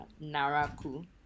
Naraku